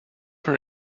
her